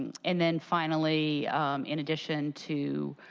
and and then finally in addition to